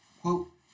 quote